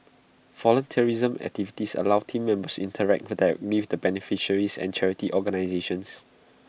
volunteerism activities allow Team Members interact direct with the beneficiaries and charity organisations